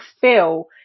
feel